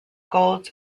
gold